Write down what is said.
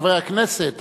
חברי הכנסת.